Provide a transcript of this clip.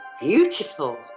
Beautiful